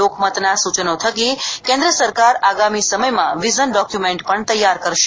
લોકમતના સૂચનો થકી કેન્દ્ર સરકાર આગામી સમયમાં વિઝન ડોક્યુમેન્ટ પણ તૈયાર કરશે